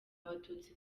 abatutsi